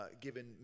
given